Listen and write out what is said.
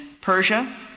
Persia